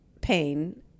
pain